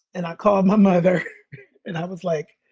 and i called my mother and i was like,